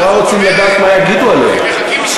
הוא עבר למרצ ואתה עדיין עם קריאות ביניים.